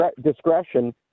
discretion